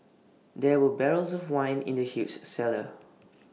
there were barrels of wine in the huge cellar